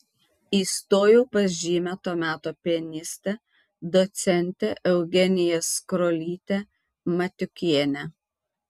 įstojau pas žymią to meto pianistę docentę eugeniją skrolytę matiukienę